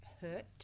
hurt